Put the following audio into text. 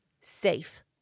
safe